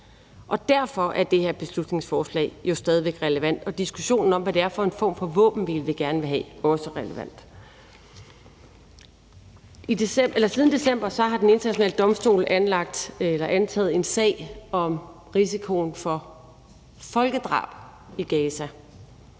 Og derfor er det her beslutningsforslag og diskussionen om, hvad det er for en form for våbenhvile, vi gerne vil have, jo stadig væk relevant. Siden december har Den Internationale Domstol antaget en sag om risikoen for folkedrab i Gaza.